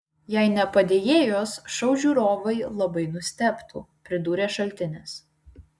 jei ne padėjėjos šou žiūrovai labai nustebtų pridūrė šaltinis